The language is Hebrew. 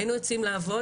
היינו יוצאים לעבוד.